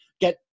get